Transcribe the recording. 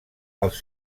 als